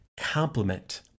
complement